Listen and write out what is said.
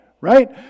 right